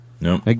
no